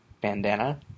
bandana